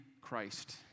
Christ